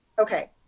okay